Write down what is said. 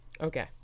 Okay